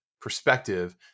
perspective